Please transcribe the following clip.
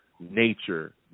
Nature